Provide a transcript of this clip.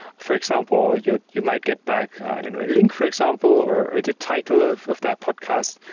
for example, you you might get back i don't know, a link for example or the title of of that podcast.